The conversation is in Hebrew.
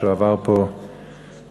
שעבר פה השבוע,